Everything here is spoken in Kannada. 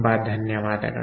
ತುಂಬಾ ಧನ್ಯವಾದಗಳು